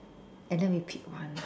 and then we pick one